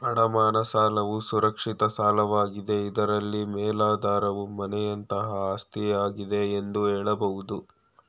ಅಡಮಾನ ಸಾಲವು ಸುರಕ್ಷಿತ ಸಾಲವಾಗಿದೆ ಇದ್ರಲ್ಲಿ ಮೇಲಾಧಾರವು ಮನೆಯಂತಹ ಆಸ್ತಿಯಾಗಿದೆ ಎಂದು ಹೇಳಬಹುದು